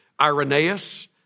Irenaeus